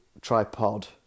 Tripod